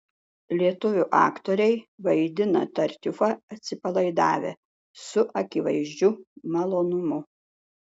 lietuvių aktoriai vaidina tartiufą atsipalaidavę su akivaizdžiu malonumu